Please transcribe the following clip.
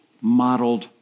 modeled